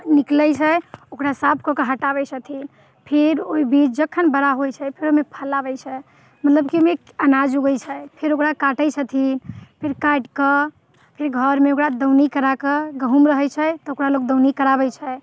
निकलैत छै ओकरा साफ कऽकऽ हटाबैत छथिन फेर ओ बीज जखन बड़ा होइत छै फेर ओहिमे फल आबैत छै मतलब कि ओहिमे अनाज उगैत छै फिर ओकरा काटैत छथिन फिर काटि कऽ फिर घरमे ओकरा दौनी कराकऽ गहूँम रहैत छै तऽ ओकरा लोक दौनी कराबैत छै